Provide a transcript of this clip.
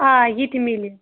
آ ییٚتہِ میلہِ